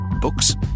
Books